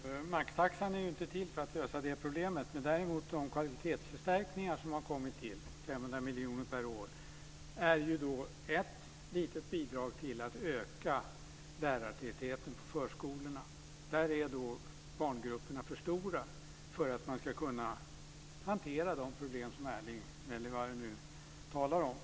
Fru talman! Maxtaxan är ju inte till för att lösa det problemet. Däremot är de kvalitetsförstärkningar på 500 miljoner per år ett litet bidrag till att öka lärartätheten på förskolorna där barngrupperna nu är för stora för att man ska kunna hantera de problem som Erling Wälivaara talar om.